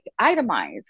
itemize